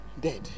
dead